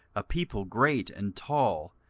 a people great and tall,